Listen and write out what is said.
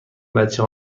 بچه